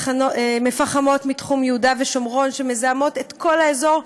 מפחמות מתחום יהודה ושומרון שמזהמות את כל האזור.